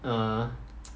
err